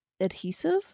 adhesive